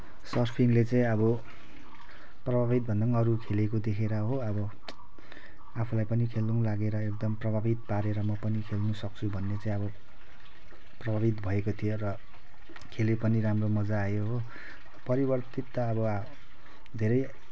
सर्फिङले चाहिँ अब प्रभावित भन्दा पनि अरू खेलेको देखेर हो अब आफूलाई पनि खेलौँ लागेर एकदम प्रभावित पारेर म पनि खेल्न सक्छु भन्ने चाहिँ अब प्रभावित भएको थिएँ र खेलेँ पनि राम्रो मज्जा आयो हो परिवर्तित त अब धेरै